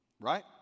right